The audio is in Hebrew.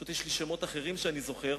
פשוט יש לי שמות אחרים שאני זוכר.